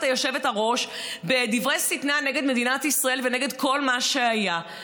היושבת-ראש בדברי שטנה נגד מדינת ישראל ונגד כל מה שהיה.